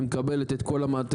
היא מקבלת את כל המעטפת,